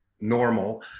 normal